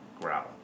growl